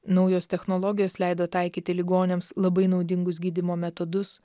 naujos technologijos leido taikyti ligoniams labai naudingus gydymo metodus